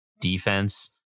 defense